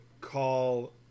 call